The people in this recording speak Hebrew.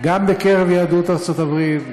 גם בקרב יהדות ארצות הברית,